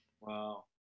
Wow